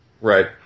Right